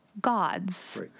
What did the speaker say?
gods